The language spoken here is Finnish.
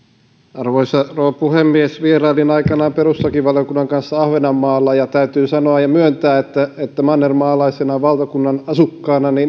arvoisa rouva puhemies vierailin aikanaan perustuslakivaliokunnan kanssa ahvenanmaalla ja täytyy sanoa ja myöntää että että mannermaalaisena valtakunnan asukkaana